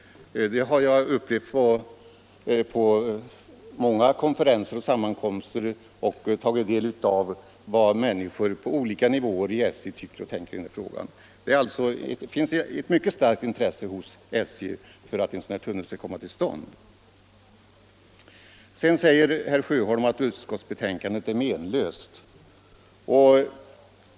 Det har jag upplevt vid många konferenser och sammankomster och när jag har tagit del av vad människor på olika nivåer inom SJ tycker och tänker i frågan. Det finns alltså ett mycket starkt intresse hos SJ för att en sådan här tunnel skall komma till stånd. Herr Sjöholm säger sedan att utskottsbetänkandet är menlöst.